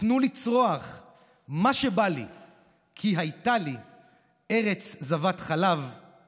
תנו לצרוח / מה שבא לי / כי הייתה לי / ארץ זבת חלב //